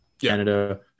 canada